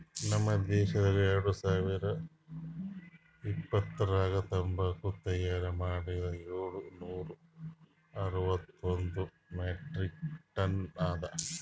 ನಮ್ ದೇಶದಾಗ್ ಎರಡು ಸಾವಿರ ಇಪ್ಪತ್ತರಾಗ ತಂಬಾಕು ತೈಯಾರ್ ಮಾಡದ್ ಏಳು ನೂರಾ ಅರವತ್ತೊಂದು ಮೆಟ್ರಿಕ್ ಟನ್ಸ್ ಅದಾ